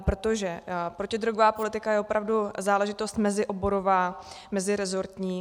Protože protidrogová politika je opravdu záležitost mezioborová, meziresortní.